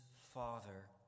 Father